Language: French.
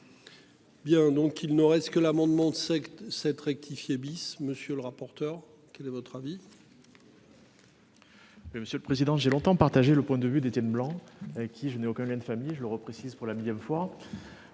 Bien, donc il ne reste que l'amendement de secte cette rectifié bis monsieur le rapporteur. Quel est votre avis. Monsieur le Président, j'ai longtemps partager le point de vue d'Étienne Blanc qui je n'ai aucun lien de famille et je le reprécise pour la millième fois.